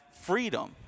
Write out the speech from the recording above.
freedom